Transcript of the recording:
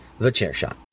thechairshot